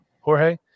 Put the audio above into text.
Jorge